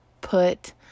put